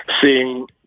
seeing